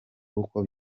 uko